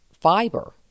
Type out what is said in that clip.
fiber